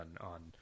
on